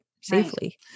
safely